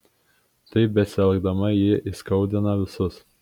taip besielgdama ji įskaudina visus